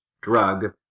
drug